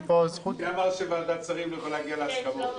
מי אמר שוועדת שרים לא יכולה להגיע להסכמות?